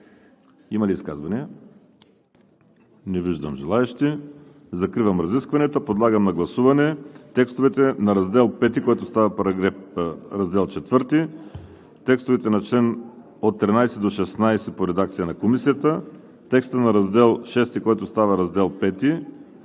Има ли изказвания? Не виждам желаещи. Закривам разискванията. Подлагам на гласуване: текстовете на Раздел V, който става Раздел IV; текстовете от чл. 13 до 16 в редакция на Комисията; текста на Раздел VI, който става Раздел V;